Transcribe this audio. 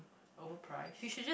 overpriced